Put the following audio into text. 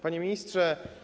Panie Ministrze!